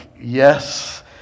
yes